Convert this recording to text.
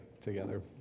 together